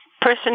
person